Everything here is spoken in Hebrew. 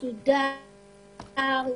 מסודר,